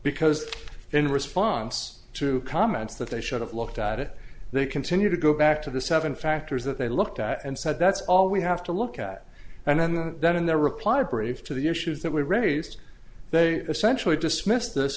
because in response to comments that they should have looked at it they continue to go back to the seven factors that they looked at and said that's all we have to look at and then that in their reply brief to the issues that we raised they essentially dismissed